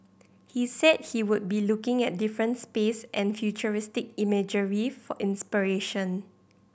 he said he would be looking at different space and futuristic imagery for inspiration